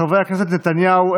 חברי הכנסת בנימין נתניהו,